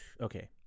Okay